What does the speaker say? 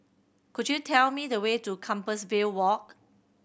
could you tell me the way to Compassvale Walk